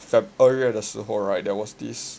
feb earlier the 二月的时候 right there was this